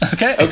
Okay